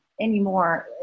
anymore